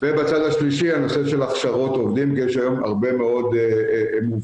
ובצד השלישי הנושא של הכשרות עובדים כי יש היום הרבה מאוד מובטלים.